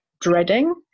dreading